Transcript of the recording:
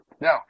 now